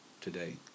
today